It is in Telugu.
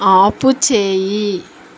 ఆపుచేయి